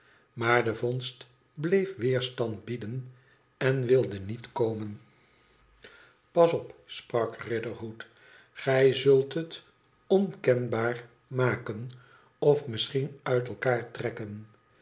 maar de vondst bleef weerstand bieden en wilde niet komen pas op sprak riderhood igij zult het onkenbaar maken of misschien uit elkaar trekken